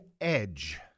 Edge